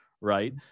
right